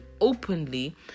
openly